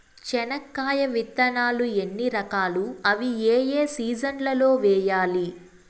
చెనక్కాయ విత్తనాలు ఎన్ని రకాలు? అవి ఏ ఏ సీజన్లలో వేయాలి?